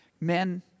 Men